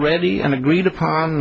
ready and agreed upon